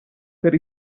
per